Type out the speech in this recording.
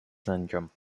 syndrome